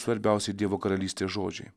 svarbiausi dievo karalystės žodžiai